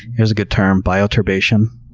here's a good term bioturbation.